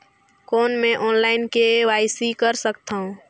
कौन मैं online KYC कर सकथव?